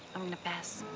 pass.